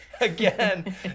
again